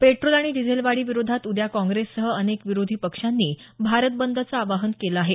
petrol आणि डिझेलवाढी विरोधात उद्या काँप्रेससह अनेक विरोधी पक्षांनी भारत बंदचं आवाहन केलं आहे